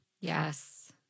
Yes